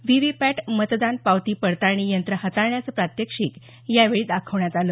V V पॅट मतदान पावती पडताळणी यंत्र हाताळण्याचं प्रात्यक्षिक यावेळी दाखवण्यात आलं